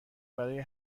برای